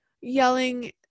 yelling